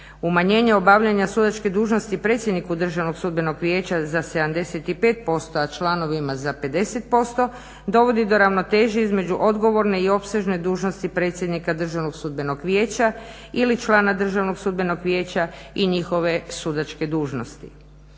Umanjenje obavljanja sudačke dužnosti predsjedniku Državnog sudbenog vijeća za 75%, a članovima za 50% dovodi do ravnoteže između odgovorne i opsežne dužnosti predsjednika Državnog sudbenog vijeća ili člana Državnog sudbenog vijeća i njihove sudačke dužnosti.